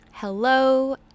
Hello